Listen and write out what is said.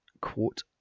quote